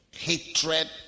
Hatred